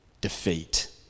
defeat